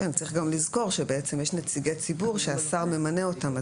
צריך גם לזכור שבעצם יש נציגי ציבור שהשר ממנה אותם.